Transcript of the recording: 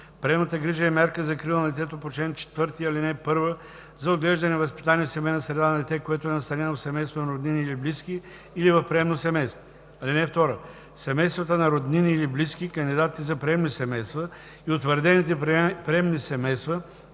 Приемната грижа е мярка за закрила на детето по чл. 4, ал. 1 за отглеждане и възпитание в семейна среда на дете, което е настанено в семейство на роднини или близки или в приемно семейство. (2) Семействата на роднини или близки, кандидатите за приемни семейства и утвърдените приемни семейства